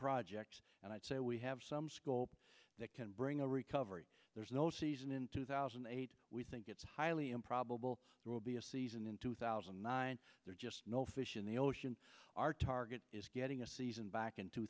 projects and i'd say we have some scope that can bring a recovery there's no season in two thousand and eight we think it's highly improbable there will be a season in two thousand and nine there just no fish in the ocean our target is getting a season back